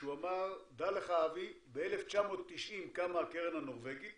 כשהוא אמר שב-1990 קמה הקרן הנורבגית